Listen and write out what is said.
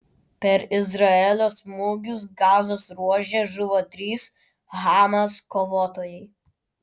per izraelio smūgius gazos ruože žuvo trys hamas kovotojai